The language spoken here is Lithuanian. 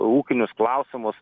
ūkinius klausimus